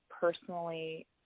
personally